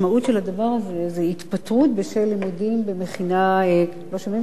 התפטרות בשל לימודים במכינה קדם-צבאית).